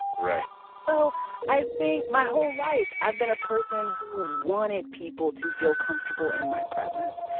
right. so i think my whole life i've been a person who wanted people to feel comfortable in my presence.